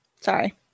Sorry